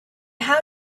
how